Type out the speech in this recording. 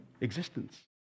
existence